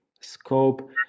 scope